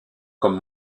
comme